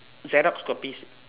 Xerox copies